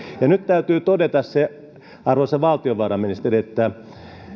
ja nyt täytyy todeta se arvoisa valtiovarainministeri että